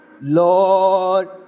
Lord